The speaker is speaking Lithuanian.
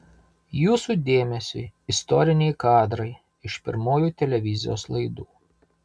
jūsų dėmesiui istoriniai kadrai iš pirmųjų televizijos laidų